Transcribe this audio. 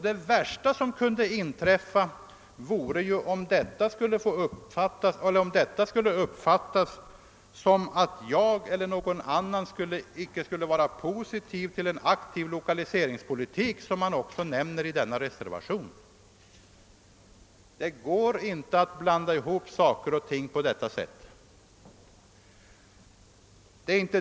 Det värsta som kunde inträffa vore om detta skulle uppfattas som om jag eller någon annan icke skulle vara positiv till en aktiv lokaliseringspolitik, som man också nämner i denna reservation. Det går inte att blanda ihop saker och ting på detta sätt.